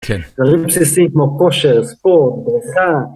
דברים בסיסיים כמו כושר, ספורט, ברכה